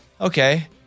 okay